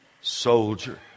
soldier